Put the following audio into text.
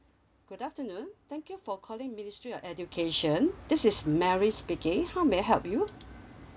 good afternoon thank you for calling ministry of education this is mary speaking how may I help you